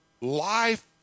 life